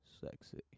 sexy